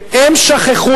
זכויות יוצרים.